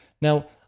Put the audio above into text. Now